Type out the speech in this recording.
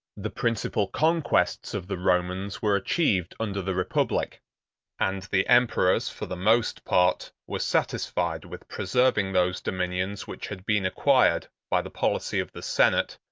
the principal conquests of the romans were achieved under the republic and the emperors, for the most part, were satisfied with preserving those dominions which had been acquired by the policy of the senate,